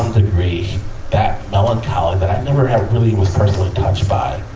ah degree, that melancholy that i never had really was personally touched by,